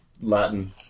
Latin